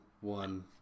one